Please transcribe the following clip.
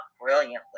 brilliantly